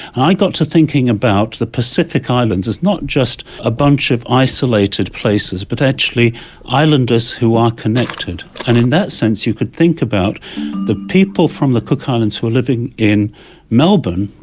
i got to thinking about the pacific islands as not just a bunch of isolated places but actually islanders who are connected. and in that sense you could think about the people from the cook islands who were living in melbourne,